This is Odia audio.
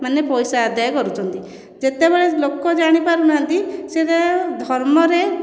ମାନେ ପଇସା ଆଦାୟ କରୁଛନ୍ତି ଯେତେବେଳେ ଲୋକ ଜାଣି ପାରୁନାହାନ୍ତି ସେତେବେଳେ ଧର୍ମରେ